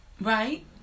Right